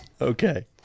Okay